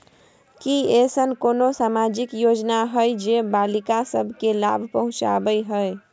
की ऐसन कोनो सामाजिक योजना हय जे बालिका सब के लाभ पहुँचाबय हय?